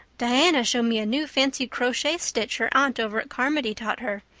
diana showed me a new fancy crochet stitch her aunt over at carmody taught her.